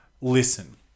Listen